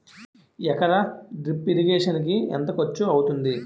ఎకర drip irrigation కి ఎంత ఖర్చు అవుతుంది?